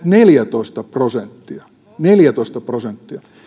neljätoista prosenttia neljätoista prosenttia